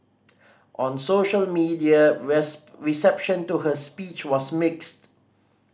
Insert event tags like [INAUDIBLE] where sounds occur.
on social media [UNINTELLIGIBLE] reception to her speech was mixed